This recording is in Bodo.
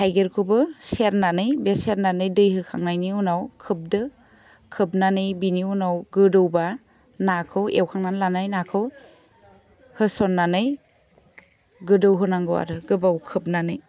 थाइगिरखौबो सेरनानै बे सेरनानै दै होखांनायनि उनाव खोबदो खोबनानै बिनि उनाव गोदौबा नाखौ एवखांनानै लानानै नाखौ होसन्नानै गोदौहोनांगौ आरो गोबाव खोबनानै